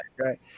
Right